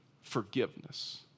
forgiveness